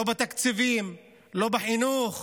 לא בתקציבים, לא בחינוך.